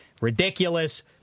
Ridiculous